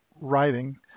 writing